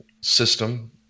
system